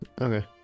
Okay